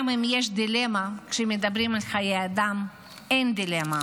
גם אם יש דילמה, כשמדברים על חיי אדם אין דילמה,